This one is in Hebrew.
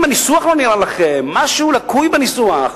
אם הניסוח לא נראה לכם, משהו לקוי בניסוח,